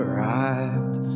right